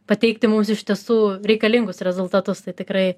pateikti mums iš tiesų reikalingus rezultatus tai tikrai